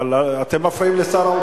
אבל אתם מפריעים לשר האוצר.